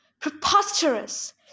Preposterous